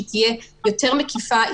שתהיה יותר מקיפה,